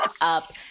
up